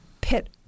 pit